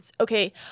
Okay